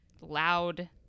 loud